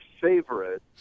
favorite